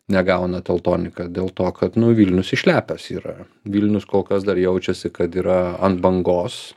negauna teltonika dėl to kad nu vilnius išlepęs yra vilnius kol kas dar jaučiasi kad yra ant bangos